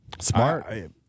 Smart